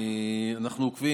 אנחנו עוקבים,